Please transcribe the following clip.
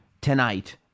tonight